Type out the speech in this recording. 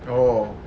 oh